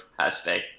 Hashtag